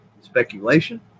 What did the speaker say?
speculation